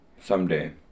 someday